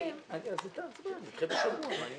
(א) או (ב).